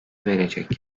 verecek